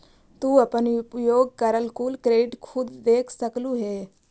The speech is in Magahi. तू अपन उपयोग करल कुल क्रेडिट खुद देख सकलू हे